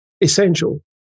essential